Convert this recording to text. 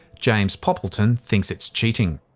james poppleton thinks it's cheating.